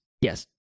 Yes